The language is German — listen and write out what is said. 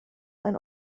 ein